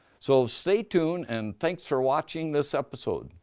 so stay tuned and thanks for watching this episode.